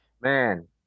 man